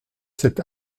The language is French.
cette